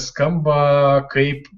skamba kaip